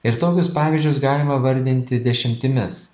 ir tokius pavyzdžius galima vardinti dešimtimis